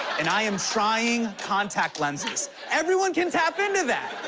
and i am trying contact lenses. everyone can tap into that.